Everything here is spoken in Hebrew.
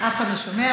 אף אחד לא שומע.